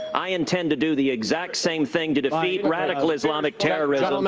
i intend to do the exact same thing to defeat radical islamic terrorism